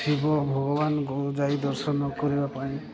ଶିବ ଭଗବାନଙ୍କୁ ଯାଇ ଦର୍ଶନ କରିବା ପାଇଁ